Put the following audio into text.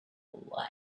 why